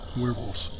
werewolves